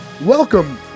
Welcome